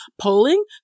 polling